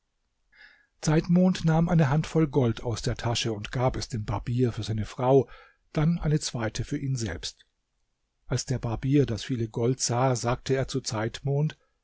zeitmond nahm eine handvoll gold aus der tasche und gab es dem barbier für seine frau dann eine zweite für ihn selbst als der barbier das viele gold sah sagte er zu